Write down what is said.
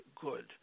good